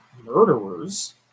murderers